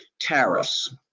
tariffs